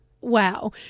wow